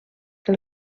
que